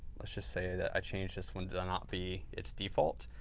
let's just say that i changed this one to not be its default.